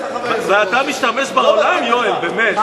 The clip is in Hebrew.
ואתה משתמש בעולם, יואל, באמת.